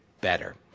better